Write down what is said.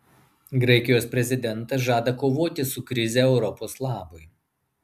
graikijos prezidentas žada kovoti su krize europos labui